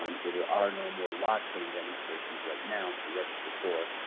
um so there are no more live training demonstrations right now to register for.